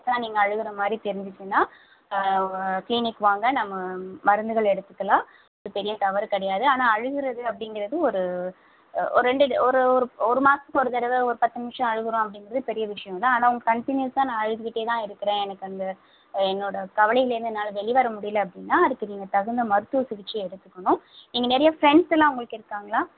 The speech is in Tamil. ஆ நீங்கள் அழுகிற மாதிரி தெரிஞ்சுச்சின்னா க்ளினிக் வாங்க நம்ம மருந்துகள் எடுத்துக்கலாம் இது பெரிய தவறு கிடையாது ஆனால் அழுகிறது அப்படிங்கிறது ஒரு ஒரு ரெண்டு ஒரு ஒரு ஒரு மாதத்துக்கு ஒருதடவை ஒரு பத்து நிமிஷம் அழுகிறோம் அப்படிங்கிறது பெரிய விஷயந்தான் ஆனால் கன்ட்டினியூஸா நான் அழுதுக்கிட்டே தான் இருக்கிறேன் எனக்கு அந்த என்னோடய கவலையிலேருந்து என்னால் வெளி வர முடியலை அப்படின்னா அதுக்கு நீங்கள் தகுந்த மருத்துவ சிகிச்சை எடுத்துக்கணும் நீங்கள் நிறைய ஃப்ரெண்ட்ஸ்ஸெல்லாம் உங்களுக்கு இருக்காங்களா